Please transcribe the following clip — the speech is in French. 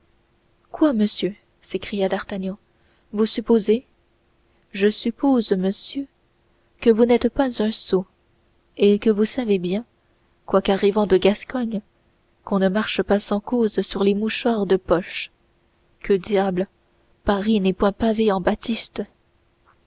quoi monsieur s'écria d'artagnan vous supposez je suppose monsieur que vous n'êtes pas un sot et que vous savez bien quoique arrivant de gascogne qu'on ne marche pas sans cause sur les mouchoirs de poche que diable paris n'est point pavé en batiste